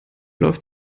läuft